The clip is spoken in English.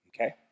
okay